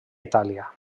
itàlia